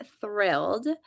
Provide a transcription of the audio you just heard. thrilled